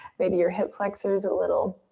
maybe your hip flexor's a little